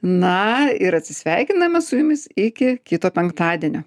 na ir atsisveikiname su jumis iki kito penktadienio